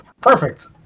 Perfect